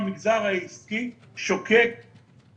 והעולם העסקי צריך לדעת את זה,